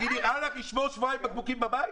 נראה לך שאני אשמור בקבוקים במשך שבועיים בבית?